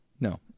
No